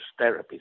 therapies